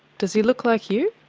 does he look like you?